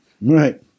Right